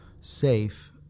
safe